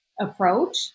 approach